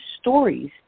stories